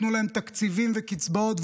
ייתנו להם תקציבים וקצבאות.